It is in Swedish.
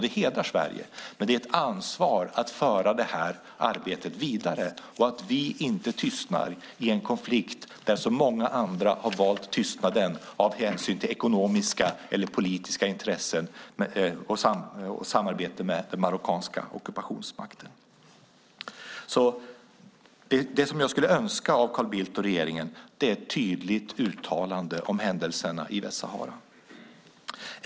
Det hedrar Sverige, men det innebär också ett ansvar att föra arbetet vidare och inte tystna i en konflikt där så många andra valt tystnaden, av hänsyn till ekonomiska eller politiska intressen, och samarbete med den marockanska ockupationsmakten. Det jag skulle önska av Carl Bildt och regeringen är ett tydligt uttalande om händelserna i Västsahara.